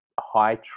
high